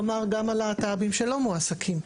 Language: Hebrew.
כלומר, גם על להט"בים שלא מועסקים.